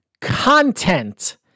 content